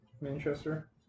Manchester